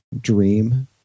dream